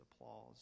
applause